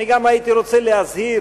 אני גם הייתי רוצה להזהיר,